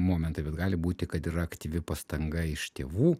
momentai bet gali būti kad yra aktyvi pastanga iš tėvų